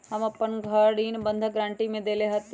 अपन घर हम ऋण बंधक गरान्टी में देले हती